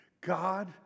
God